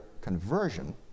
conversion